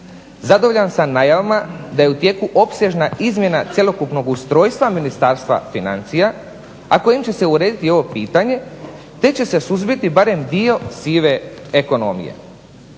Zadovoljan sam najavama da je u tijeku opsežna izmjena cjelokupnog ustrojstva Ministarstva financija, a kojim će se urediti i ovo pitanje, te će se suzbiti barem dio sive ekonomije.